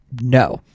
no